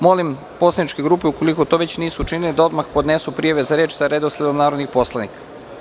Molim poslaničke grupe ukoliko to već nisu učinile da odmah podnesu prijave za reč sa redosledom narodnih poslanika.